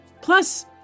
Plus